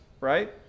right